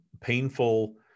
painful